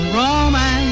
romance